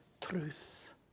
truth